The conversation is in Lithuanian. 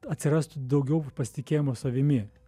atsirastų daugiau v pasitikėjimo savimi